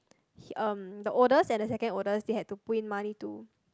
he um the oldest and the second oldest they had to put in money to